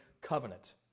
covenant